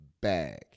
bag